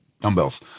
dumbbells